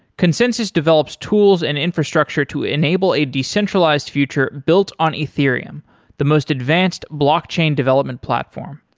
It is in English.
consensys develops tools and infrastructure to enable a decentralized future built on ethereum the most advanced blockchain development platform.